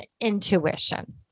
intuition